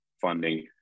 funding